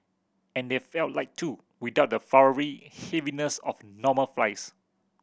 and they felt light too without the floury heaviness of normal fries